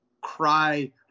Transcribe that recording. cry